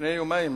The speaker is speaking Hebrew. לפני יומיים